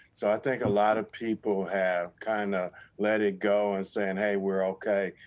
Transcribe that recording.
so i think a lot of people have kind of let it go and saying hey, we're okay.